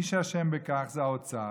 מי שאשם בכך זה האוצר.